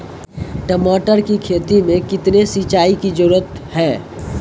टमाटर की खेती मे कितने सिंचाई की जरूरत हैं?